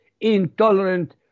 intolerant